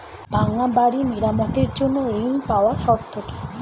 ভাঙ্গা বাড়ি মেরামতের জন্য ঋণ পাওয়ার শর্ত কি?